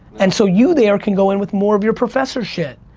and so you there could go in with more of your professor shit,